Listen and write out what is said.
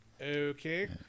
Okay